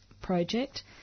Project